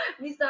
Mr